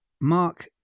Mark